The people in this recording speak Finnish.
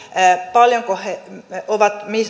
paljonko he ovat